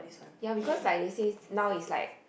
ya because like they say now is like